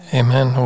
amen